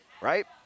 right